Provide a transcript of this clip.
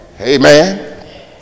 Amen